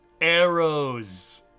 arrows